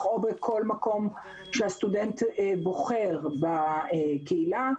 או בכל מקום שהסטודנט בוחר בקהילה,